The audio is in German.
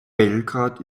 belgrad